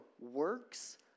works